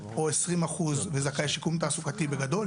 או 20% וזכאי שיקום תעסוקתי בגדול.